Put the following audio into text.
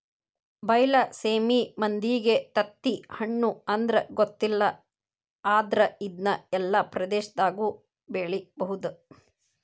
ಬೈಲಸೇಮಿ ಮಂದಿಗೆ ತತ್ತಿಹಣ್ಣು ಅಂದ್ರ ಗೊತ್ತಿಲ್ಲ ಆದ್ರ ಇದ್ನಾ ಎಲ್ಲಾ ಪ್ರದೇಶದಾಗು ಬೆಳಿಬಹುದ